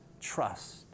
trust